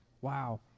Wow